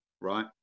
right